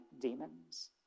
demons